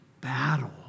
battle